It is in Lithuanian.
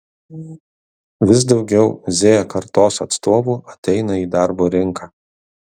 vis daugiau z kartos atstovų ateina į darbo rinką